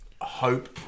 hope